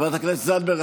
חברת הכנסת זנדברג,